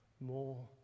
more